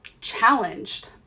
challenged